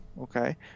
Okay